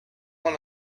want